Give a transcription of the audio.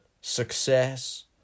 success